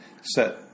set